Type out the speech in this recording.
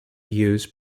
use